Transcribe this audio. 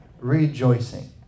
Rejoicing